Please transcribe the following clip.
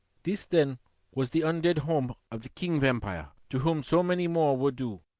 this then was the un-dead home of the king-vampire, to whom so many more were due.